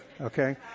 okay